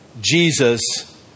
Jesus